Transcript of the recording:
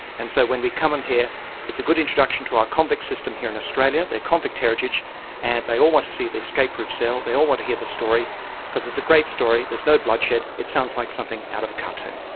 and so when we come in here it's a good introduction to our convict system here in australia, their convict heritage and they all want to see the escape cell, they all want to hear the story because it's a great story, there's no bloodshed it sounds like something out of a cartoon.